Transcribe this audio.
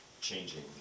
changing